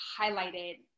highlighted